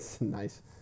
Nice